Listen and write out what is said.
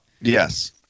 Yes